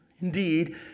indeed